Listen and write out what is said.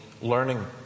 learning